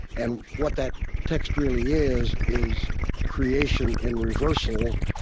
and what that text really is, is creation in reversal.